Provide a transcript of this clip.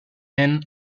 ann